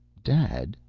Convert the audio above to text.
dad,